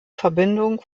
verbindung